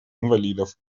инвалидов